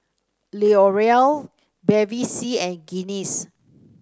L'Oreal Bevy C and Guinness